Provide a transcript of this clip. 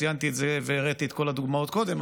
ציינתי את זה והראיתי את כל הדוגמאות קודם.